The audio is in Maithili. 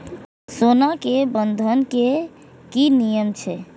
सोना के बंधन के कि नियम छै?